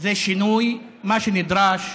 זה שינוי, מה שנדרש,